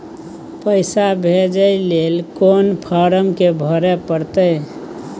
पैसा भेजय लेल कोन फारम के भरय परतै?